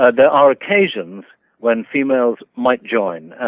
ah and are occasions when females might join.